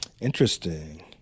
Interesting